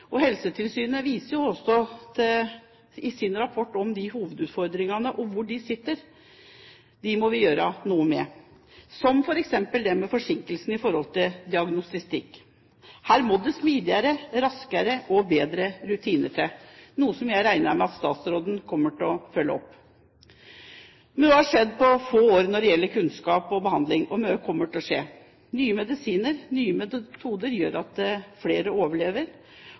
behandling. Helsetilsynet viser også i sin rapport hvor disse hovedutfordringene er. De må vi gjøre noe med, som f.eks. forsinkelser med hensyn til diagnostikk. Her må det smidigere, raskere og bedre rutiner til, noe som jeg regnet med at statsråden kommer til å følge opp. Mye har skjedd på få år når det gjelder kunnskap og behandling, og mye kommer til å skje. Nye medisiner og nye metoder gjør at flere overlever,